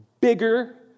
bigger